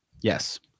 yes